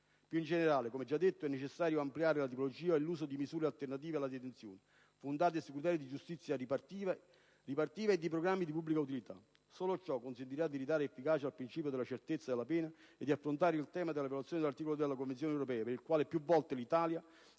Più in generale, come già detto, è necessario ampliare la tipologia e l'uso di misure alternative alla detenzione fondate su criteri di giustizia riparativa e di programmi di pubblica utilità. Solo ciò consentirà di ridare efficacia al principio della certezza della pena e di affrontare il tema della violazione dell'articolo 3 della Convenzione europea, per il quale più volte l'Italia